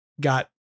got